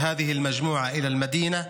את פניהם של כל האורחים בעיר רהט,